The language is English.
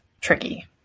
tricky